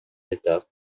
d’état